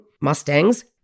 mustangs